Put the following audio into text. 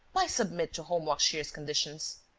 why submit to holmlock shears's conditions?